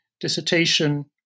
dissertation